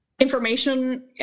information